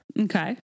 okay